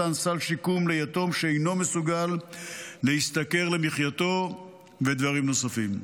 מתן סל שיקום ליתום שאינו מסוגל להשתכר למחייתו ודברים נוספים.